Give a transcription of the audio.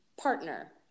partner